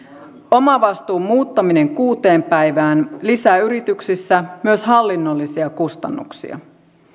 omavastuun muuttaminen kuuteen päivään lisää yrityksissä myös hallinnollisia kustannuksia